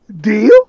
Deal